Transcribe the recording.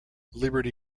liberty